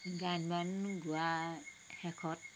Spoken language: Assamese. গান বান গোৱা শেষত